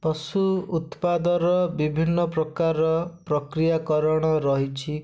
ପଶୁ ଉତ୍ପାଦର ବିଭନ୍ନ ପ୍ରକାର ପ୍ରକ୍ରିୟାକରଣ ରହିଛି